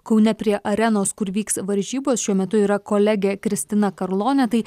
kaune prie arenos kur vyks varžybos šiuo metu yra kolegė kristina karlonė tai